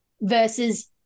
versus